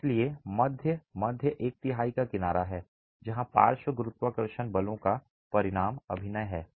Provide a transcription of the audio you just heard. इसलिए मध्य मध्य एक तिहाई का किनारा है जहां पार्श्व गुरुत्वाकर्षण और पार्श्व बलों का परिणाम अभिनय है